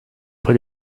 put